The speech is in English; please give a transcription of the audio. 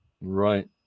Right